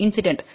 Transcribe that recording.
incident